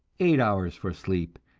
eight hours for sleep,